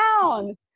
down